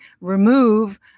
remove